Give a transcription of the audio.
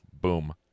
boom